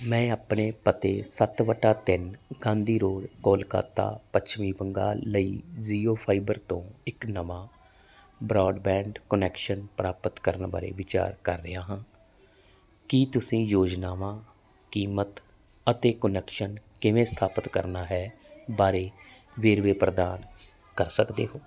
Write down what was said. ਮੈਂ ਆਪਣੇ ਪਤੇ ਸੱਤ ਬਟਾ ਤਿੰਨ ਗਾਂਧੀ ਰੋਡ ਕੋਲਕਾਤਾ ਪੱਛਮੀ ਬੰਗਾਲ ਲਈ ਜੀਓ ਫਾਈਬਰ ਤੋਂ ਇੱਕ ਨਵਾਂ ਬ੍ਰਾਡਬੈਂਡ ਕੁਨੈਕਸ਼ਨ ਪ੍ਰਾਪਤ ਕਰਨ ਬਾਰੇ ਵਿਚਾਰ ਕਰ ਰਿਹਾ ਹਾਂ ਕੀ ਤੁਸੀਂ ਯੋਜਨਾਵਾਂ ਕੀਮਤ ਅਤੇ ਕੁਨੈਕਸ਼ਨ ਕਿਵੇਂ ਸਥਾਪਤ ਕਰਨਾ ਹੈ ਬਾਰੇ ਵੇਰਵੇ ਪ੍ਰਦਾਨ ਕਰ ਸਕਦੇ ਹੋ